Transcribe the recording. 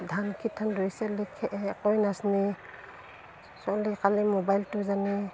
ধান কিঠান ৰুই চলি সেই একোৱে নাজনে চলি খালি মোবাইলটো জানে